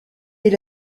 est